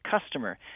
customer